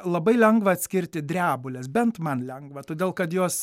labai lengva atskirti drebules bent man lengva todėl kad jos